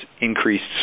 increased